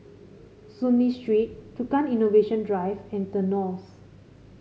Soon Lee Street Tukang Innovation Drive and The Knolls